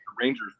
Rangers